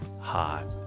hot